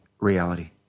reality